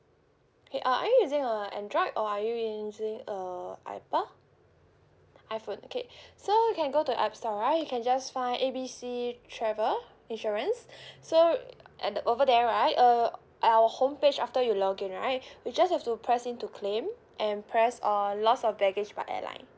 okay uh are you using a android or are using a Apple iphone okay so you can go to app store right you can just find A B C travel insurance so at the over there right uh our homepage after you log in right you just have to press in to claim and press uh loss of baggage by airline